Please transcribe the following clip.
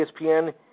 ESPN